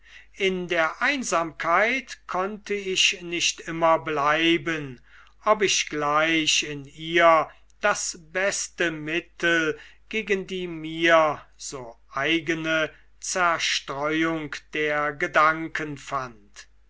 in der einsamkeit konnte ich nicht immer bleiben ob ich gleich in ihr das beste mittel gegen die mir so eigene zerstreuung der gedanken fand